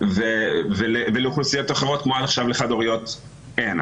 ולאוכלוסיות אחרות כמו לחד-הוריות אין.